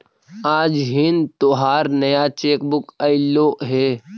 आज हिन् तोहार नया चेक बुक अयीलो हे